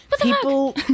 people